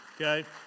okay